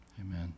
Amen